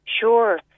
Sure